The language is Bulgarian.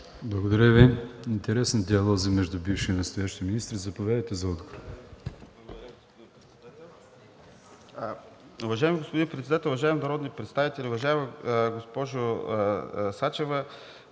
Благодаря Ви. Интересни диалози между бивши и настоящи министри. Заповядайте за отговор.